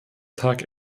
tag